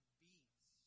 beats